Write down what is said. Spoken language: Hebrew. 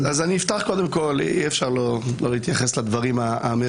איזה משפט שנזרק לאיזשהו שוטר שלא מייצג אתכם בכלל,